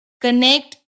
connect